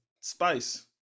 spice